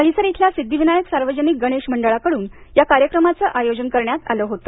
दहिसर इथल्या सिद्धिविनायक सार्वजनिक गणेश मंडळाकडून या कार्यक्रमाचं आयोजन करण्यात आलं होतं